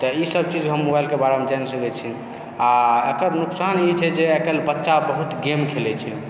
तऽ ईसभ चीज हम मोबाइलके बारेमे जानि सकैत छी आ एकर नुकसान ई छै जे आइ काल्हि बच्चा बहुत गेम खेलैत छै